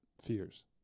fears